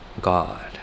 God